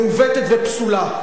מעוותת ופסולה.